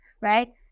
right